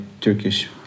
Turkish